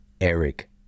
Eric